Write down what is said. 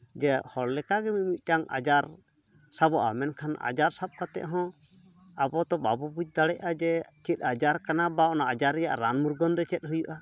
ᱡᱮ ᱦᱚᱲ ᱞᱮᱠᱟ ᱜᱮ ᱢᱤᱫᱼᱢᱤᱫᱴᱟᱝ ᱟᱡᱟᱨ ᱥᱟᱵᱚᱜᱼᱟ ᱢᱮᱱᱠᱷᱟᱱ ᱟᱡᱟᱨ ᱥᱟᱵ ᱠᱟᱛᱮ ᱦᱚᱸ ᱟᱵᱚ ᱛᱚ ᱵᱟᱵᱚ ᱵᱩᱡ ᱫᱟᱲᱮᱭᱟᱜᱼᱟ ᱡᱮ ᱪᱮᱫ ᱟᱡᱟᱨ ᱠᱟᱱᱟ ᱵᱟ ᱚᱱᱟ ᱟᱡᱟᱨ ᱨᱮᱭᱟᱜ ᱨᱟᱱ ᱢᱩᱨᱜᱟᱹᱱ ᱫᱚ ᱪᱮᱫ ᱦᱩᱭᱩᱜᱼᱟ